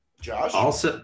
Josh